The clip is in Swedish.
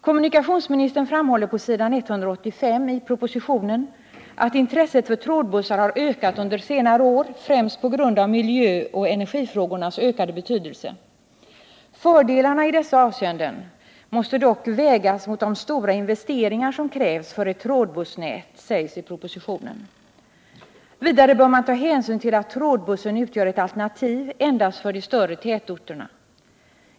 Kommunikationsministern framhåller på s. 185 i propositionen att intresset för trådbussar har ökat under senare år främst på grund av miljöoch energifrågornas ökade betydelse. Fördelarna i dessa avseenden måste dock vägas mot de stora investeringar som krävs för ett trådbussnät, sägs det i propositioren. Vidare bör man ta hänsyn till att trådbussen utgör ett alternativ endast för de större tätorterna.